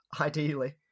Ideally